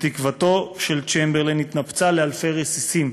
ותקוותו של צ'מברליין התנפצה לאלפי רסיסים.